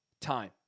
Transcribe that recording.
time